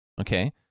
okay